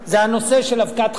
זה הנושא של אבקת חלב.